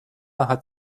hat